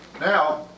now